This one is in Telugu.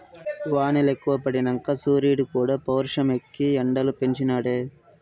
వానలెక్కువ పడినంక సూరీడుక్కూడా పౌరుషమెక్కి ఎండలు పెంచి నాడే